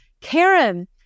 Karen